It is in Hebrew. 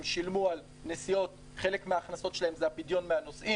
הם שילמו על נסיעות חלק מההכנסות שלהן זה הפדיון מהנוסעים.